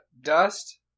dust